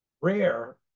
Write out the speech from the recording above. rare